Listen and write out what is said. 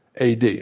AD